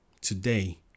today